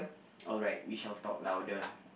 alright we shall talk louder